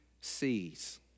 sees